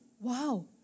Wow